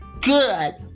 good